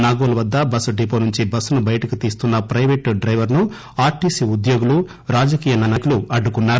నాగోల్ వద్ద బస్సు డివో నుంచి బస్సును బయటికి తీస్తున్న ప్లెపేట్ డ్డెవర్ ను ఆర్టీసీ ఉద్యోగులు రాజకీయ నాయకులు అడ్డుకున్నారు